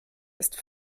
ist